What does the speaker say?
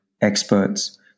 experts